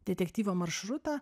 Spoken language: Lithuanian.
detektyvo maršrutą